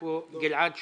גלעד שור,